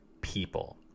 people